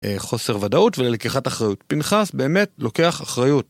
חוסר ודאות ולקיחת אחריות. פנחס באמת לוקח אחריות.